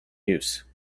use